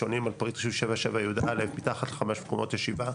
שונים מפריט רישוי 77יא' מתחת ל-500 מקומות ישיבה.